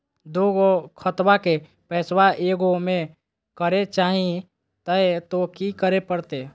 दू गो खतवा के पैसवा ए गो मे करे चाही हय तो कि करे परते?